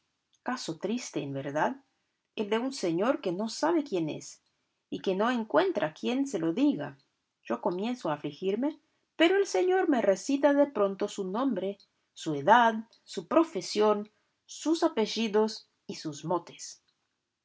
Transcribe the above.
caso triste en verdad el de un señor que no sabe quién es y que no encuentra quien se lo diga yo comienzo a afligirme pero el señor me recita de pronto su nombre su edad su profesión sus apellidos y sus motes